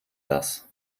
das